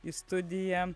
į studiją